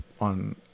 on